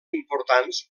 importants